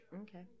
Okay